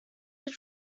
your